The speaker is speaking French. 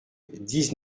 dix